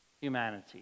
humanity